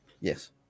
Yes